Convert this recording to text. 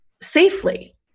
safely